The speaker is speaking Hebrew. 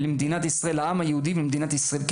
שהם חשובים להיסטוריה של העם היהודי ולמדינת ישראל,